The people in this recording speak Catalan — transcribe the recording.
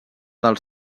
dels